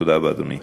תודה רבה, אדוני.